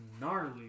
gnarly